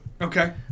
Okay